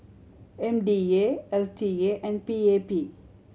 M D A L T A and P A P